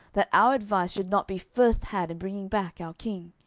that our advice should not be first had in bringing back our king?